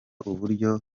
uburyo